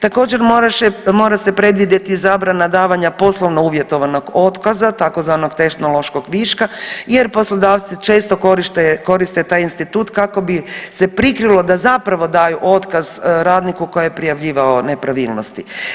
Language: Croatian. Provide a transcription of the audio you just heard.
Također mora se predvidjeti zabrana davanja poslovno uvjetovanog otkaza, tzv. tehnološkog viška jer poslodavci često koriste taj institut kako bi se prikrilo da zapravo daju otkaz radniku koji je prijavljivao nepravilnosti.